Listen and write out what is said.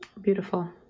Beautiful